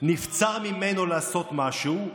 נבצר ממנו לעשות משהו.